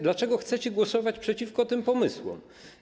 Dlaczego chcecie głosować przeciwko tym pomysłom?